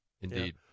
Indeed